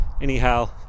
anyhow